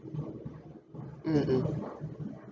mm mm